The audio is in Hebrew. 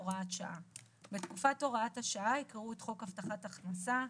הוראת שעה 3. בתקופת הוראת השעה יקראו את חוק הבטחת הכנסה,